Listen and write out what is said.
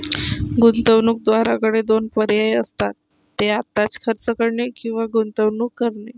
गुंतवणूकदाराकडे दोन पर्याय असतात, ते आत्ताच खर्च करणे किंवा गुंतवणूक करणे